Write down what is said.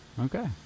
Okay